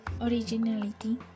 Originality